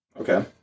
Okay